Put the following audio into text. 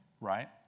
Right